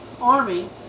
army